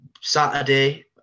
Saturday